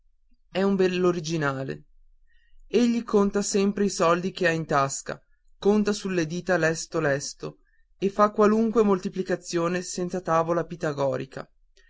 è un bell'originale egli conta sempre i soldi che ha in tasca conta sulle dita lesto lesto e fa qualunque moltiplicazione senza tavola pitagorica